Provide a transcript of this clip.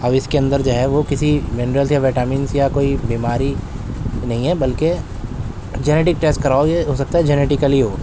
اب اس کے اندر جو ہے وہ کسی منرلس یا وٹامنس یا کوئی بیماری نہیں ہے بلکہ جنیٹنگ ٹیسٹ کراؤ یہ ہو سکتا ہے کہ جینیٹکلی ہو